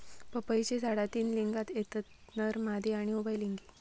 पपईची झाडा तीन लिंगात येतत नर, मादी आणि उभयलिंगी